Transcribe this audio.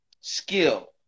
skill